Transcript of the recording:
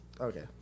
Okay